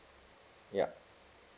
ya